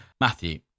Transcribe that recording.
matthew